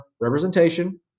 representation